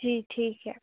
جی ٹھیک ہے